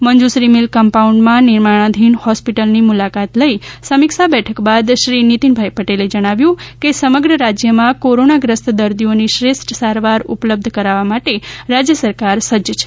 Manjushri mill કમ્પાઉન્ડમાં નિર્માણધીન હોસ્પિટલની મુલાકાત લઇ સમીક્ષા બેઠક બાદ શ્રી નીતીન પટેલે જણાવ્યુ હતુ કે સમગ્ર રાજયમાં કોરોનાગ્રસ્ત દર્દીઓની શ્રેષ્ઠ સારવાર ઉપલબ્ધ કરાવવા માટે રાજય સરકાર સજજ છે